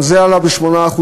גם הם עלו ב-8%,